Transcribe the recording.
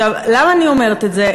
למה אני אומרת את זה?